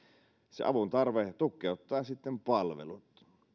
se avuntarve tukkeuttaa sitten palvelut